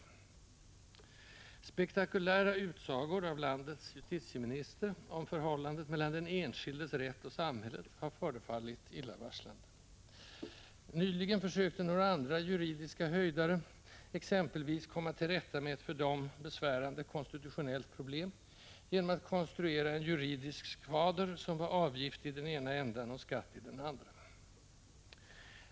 Spektakulära utsagor av landets justitieminister om förhållandet mellan den enskildes rätt och samhället har förefallit illavarslande. Nyligen försökte några andra juridiska höjdare exempelvis komma till rätta med ett för dem besvärande konstitutionellt problem genom att konstruera en juridisk skvader, som var avgift i den ena ändan och skatt i den andra.